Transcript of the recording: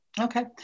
Okay